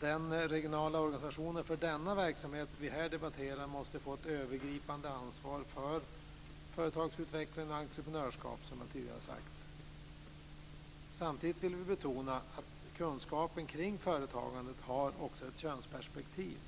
Den regionala organisationen för den verksamhet vi här debatterar måste få ett övergripande ansvar för företagsutvecklingen och entreprenörskapet, såsom jag tidigare sagt. Samtidigt vill vi betona att kunskapen kring förtagandet också har ett könsperspektiv.